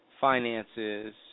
finances